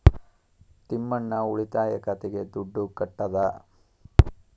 ತಿಮ್ಮಣ್ಣ ಉಳಿತಾಯ ಖಾತೆಗೆ ದುಡ್ಡು ಕಟ್ಟದ